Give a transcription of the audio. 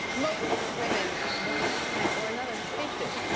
most women at one time or another have faked it.